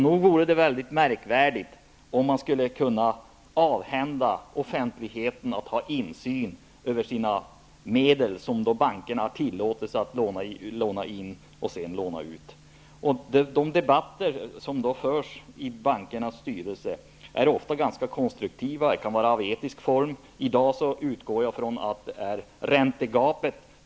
Nog vore det mycket märkvärdigt om man skulle kunna avhända offentligheten möjlighet att ha insyn över de medel som banken har tillåtelse att låna in och sedan låna ut. De diskussioner som förs i bankernas styrelser är ofta ganska konstruktiva. De kan gälla etik. Jag utgår från att de i dag gäller räntegapet.